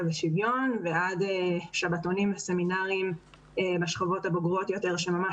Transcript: ושוויון ועד שבתונים וסמינרים בשכבות הבוגרות יותר שממש